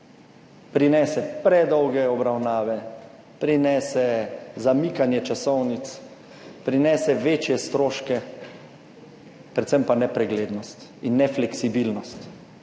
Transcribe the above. prinese predolge obravnave, prinese zamikanje časovnic, prinese večje stroške, predvsem pa nepreglednost in nefleksibilnost.